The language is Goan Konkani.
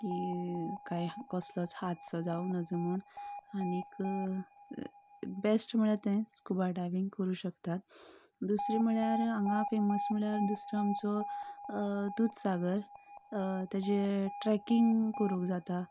की कांय कसलोच हादसो जावूं नजो म्हूण आनीक बॅश्ट म्हळ्यार तेंच स्कुबा डायवींग करूंं शकतात दुसरी म्हळ्यार हांगा फेमस म्हळ्यार दुसरो आमचो दुदसागर तेजे